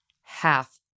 half